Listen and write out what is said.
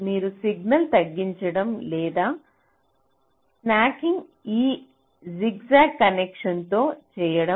మీరు సిగ్నల్ తగ్గించడం లేదా స్నాకింగ్ ఈ జిగ్జాగ్ కనెక్షన్ తో చేయండి